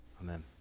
Amen